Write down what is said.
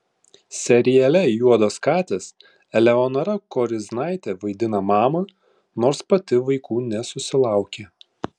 seriale juodos katės eleonora koriznaitė vaidina mamą nors pati vaikų nesusilaukė